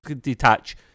detach